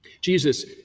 Jesus